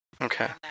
Okay